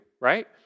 right